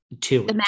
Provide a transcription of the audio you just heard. two